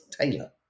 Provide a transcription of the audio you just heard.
Taylor